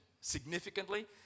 significantly